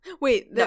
Wait